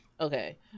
Okay